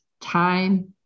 time